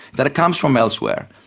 that it comes from elsewhere,